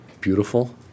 beautiful